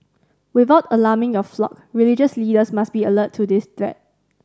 without alarming your flock religious leaders must be alert to this threat